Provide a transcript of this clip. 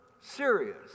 Serious